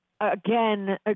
again